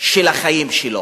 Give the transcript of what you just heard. של החיים שלו.